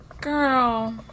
Girl